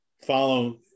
follow